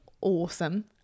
awesome